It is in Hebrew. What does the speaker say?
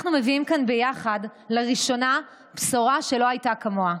אנחנו מביאים כאן ביחד לראשונה בשורה שלא הייתה כמוה.